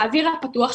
באוויר הפתוח,